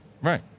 Right